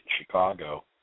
Chicago